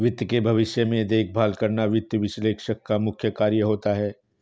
वित्त के भविष्य में देखभाल करना वित्त विश्लेषक का मुख्य कार्य होता है